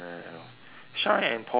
shine and polish